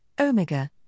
omega